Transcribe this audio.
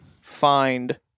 find